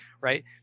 right